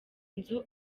nzu